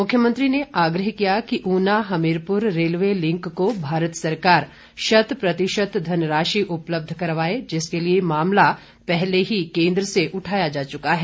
मुख्यमंत्री ने आग्रह किया कि ऊना हमीरपुर रेल लिंक को भारत सरकार शत प्रतिशत धन राशि उपलब्ध करवाए जिसके लिए मामला पहले ही केन्द्र से उठाया जा चुका है